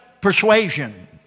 persuasion